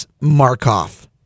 Markov